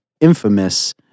infamous